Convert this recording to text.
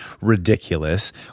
ridiculous